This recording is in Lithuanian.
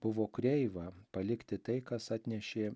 buvo kreiva palikti tai kas atnešė